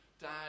dad